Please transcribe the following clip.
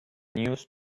news